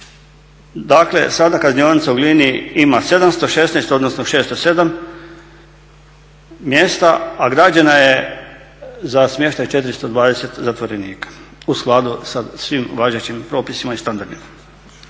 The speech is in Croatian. Dakle sada Kaznionica u Glini ima 716 odnosno 607 mjesta, a građena je za smještaj 420 zatvorenika u skladu sa svim važećim propisima i standardima.